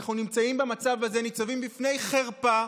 ואנחנו נמצאים במצב הזה, ניצבים בפני חרפה.